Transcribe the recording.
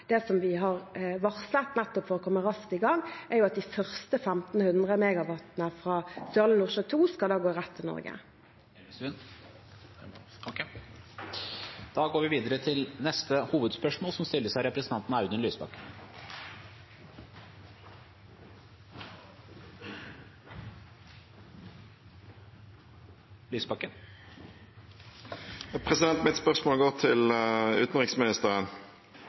det skal videreutvikles. Det vi har varslet, for å komme raskt i gang, er at de første 1 500 MW fra Sørlige Nordsjø II skal gå rett til Norge. Vi går videre til neste hovedspørsmål.